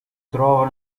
trova